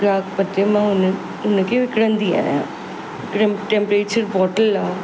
गिराकु पटिजे मां हुन हुनखे विकिणंदी आहियां टेम्परेचर बॉटल आहे